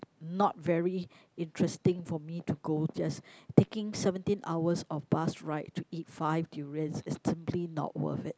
not very interesting for me to go just taking seventeen hours of bus ride to eat five durians is certainly not worth it